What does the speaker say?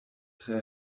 tre